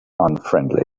unfriendly